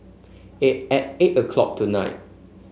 at eight o'clock tonight